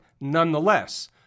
nonetheless